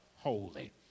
holy